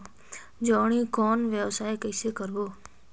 जोणी कौन व्यवसाय कइसे करबो?